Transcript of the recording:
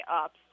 up